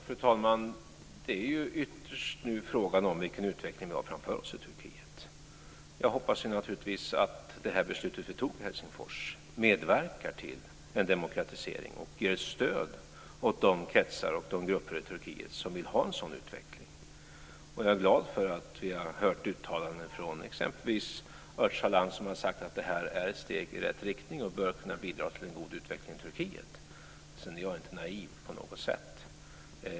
Fru talman! Det är ytterst nu fråga om vilken utveckling vi har framför oss i Turkiet. Jag hoppas naturligtvis att beslutet i Helsingfros medverkar till en demokratisering och ger ett stöd åt de kretsar och grupper i Turkiet som vill ha en sådan utveckling. Jag är glad för att vi har hört uttalanden från exempelvis Öcalan, som har sagt att det här är ett steg i rätt riktning och bör kunna bidra till en god utveckling i Jag är inte naiv på något sätt.